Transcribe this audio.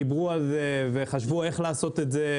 דיברו על זה וחשבו איך לעשות את זה,